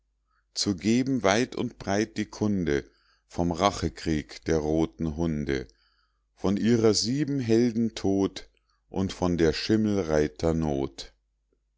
zu geben weit und breit die kunde vom rachekrieg der roten hunde von ihrer sieben helden tod und von der schimmelreiter not